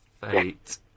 Fate